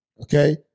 Okay